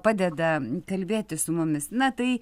padeda kalbėtis su mumis na tai